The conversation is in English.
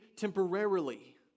temporarily